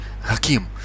Hakim